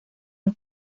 los